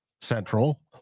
Central